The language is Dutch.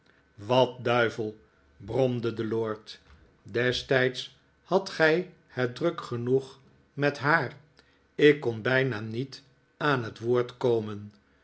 wat duivel bromde de lord destijds hadt gij het druk genoeg met haar ik kon bijna niet aan het woord komen